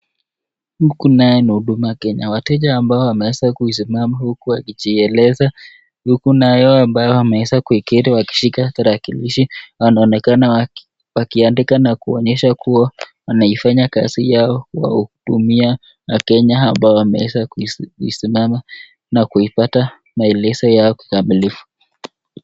Huku ni huduma kenya, wateja ambao wameweza kusimama huku wakijieleza huku nao wengine wameketi wakishika tarakilishi wanaonekana wakiandika na kuonekana kuwa wanaifanya kazi yao ya kuwahudumia wakenya ambao wameweza kusimama na kupata maelezo yao kikamilifu.